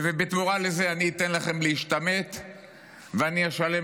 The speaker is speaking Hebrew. ובתמורה לזה אני אתן לכם להשתמט ואני אשלם